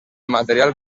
material